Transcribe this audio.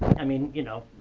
i mean, you know,